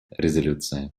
резолюции